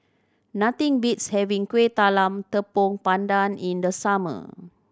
nothing beats having Kuih Talam Tepong Pandan in the summer